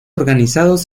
organizados